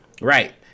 Right